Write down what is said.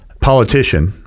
politician